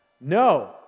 No